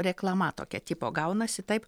reklama tokio tipo gaunasi taip